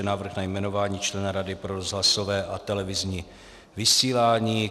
Návrh na jmenování člena Rady pro rozhlasové a televizní vysílání